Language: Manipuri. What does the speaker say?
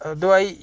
ꯑꯗꯨ ꯑꯩ